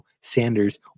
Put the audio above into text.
Sanders